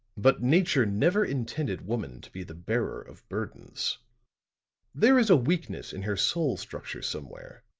but nature never intended woman to be the bearer of burdens there is a weakness in her soul structure somewhere